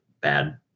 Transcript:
bad